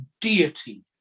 deity